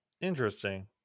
Interesting